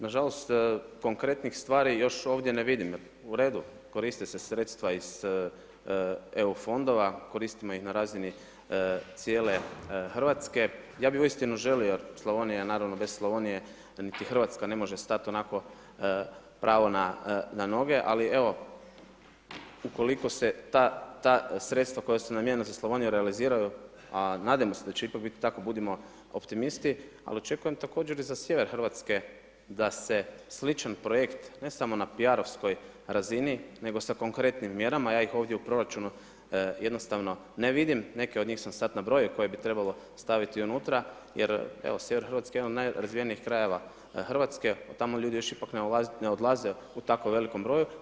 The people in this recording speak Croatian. Nažalost, konkretnih stvari još ovdje ne vidim, u redu koriste se sredstva iz EU fondova, koristimo ih na razini cijele Hrvatske, ja bi uistinu želio, Slavonija, naravno, bez Slavonija, niti Hrvatska ne može stati onako pravo na noge, ali evo, ukoliko se ta sredstva koja su namjena za Slavoniju, realiziraju, a nadamo se da će ipak biti tako, budimo optimisti, ali očekujem također i za sjever Hrvatske, da se sličan projekt, ne samo na p.r. razini nego sa konkretnim mjerama, ja ih ovdje u proračunu jednostavno ne vidim, neke od njih sam sada nabrojio koje bi trebalo staviti unutra, jer sjever Hrvatske, je jedan od najrazvijenijih krajeva Hrvatske, tamo ljudi ipak ne odlaze u tako velikom broju.